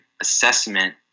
assessment